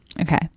Okay